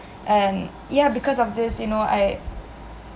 and yah because of this you know I